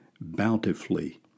bountifully